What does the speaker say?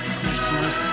Christmas